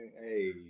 Hey